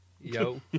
yo